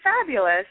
fabulous